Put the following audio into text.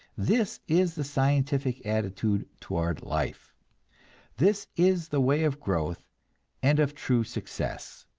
this is the scientific attitude toward life this is the way of growth and of true success.